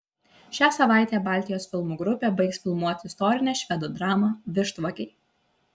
šią savaitę baltijos filmų grupė baigs filmuoti istorinę švedų dramą vištvagiai